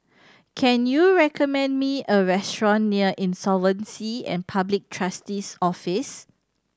can you recommend me a restaurant near Insolvency and Public Trustee's Office